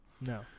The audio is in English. No